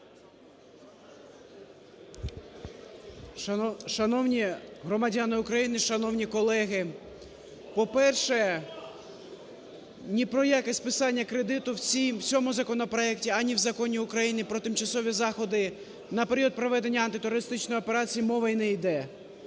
Шановні громадяни України, шановні колеги! По-перше, ні про яке списання кредиту в цьому законопроекті ані в Законі України "Про тимчасові заходи на період проведення антитерористичної операції" мова не йде.